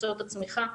מקצועות הצמיחה,